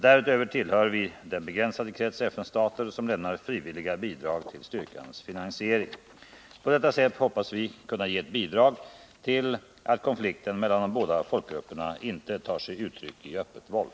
Därutöver tillhör vi den begränsade krets FN-stater som lämnar frivilliga bidrag till styrkans finansiering. På detta sätt hoppas vi kunna ge ett bidrag till att konflikten mellan de båda folkgrupperna inte tar sig uttryck i öppet våld.